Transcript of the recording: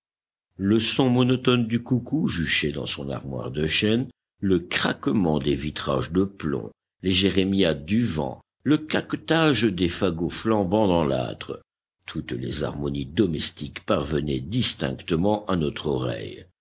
le son monotone du coucou juché dans son armoire de chêne le craquement des vitrages de plomb les jérémiades du vent le caquetage des fagots flambants dans l'âtre toutes les harmonies domestiques parvenaient distinctement à notre oreille